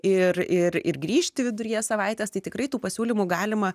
ir ir ir grįžti viduryje savaitės tai tikrai tų pasiūlymų galima